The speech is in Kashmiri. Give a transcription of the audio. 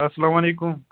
اَسلامُ علیکُم